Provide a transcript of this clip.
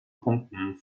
punkten